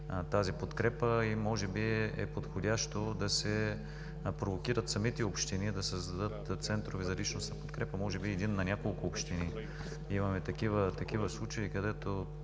тази подкрепа. Може би е подходящо да се провокират самите общини да създадат центрове за личностна подкрепа, може би един на няколко общини. Имаме такива случаи, където